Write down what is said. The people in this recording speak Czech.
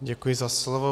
Děkuji za slovo.